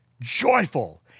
joyful